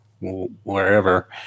wherever